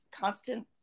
constant